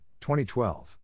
2012